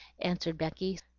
answered becky,